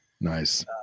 Nice